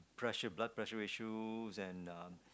pressure blood pressure issues and um